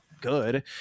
good